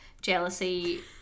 jealousy